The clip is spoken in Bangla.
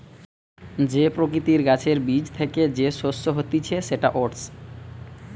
যে প্রকৃতির গাছের বীজ থ্যাকে যে শস্য হতিছে সেটা ওটস